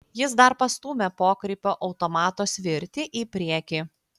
jis dar pastūmė pokrypio automato svirtį į priekį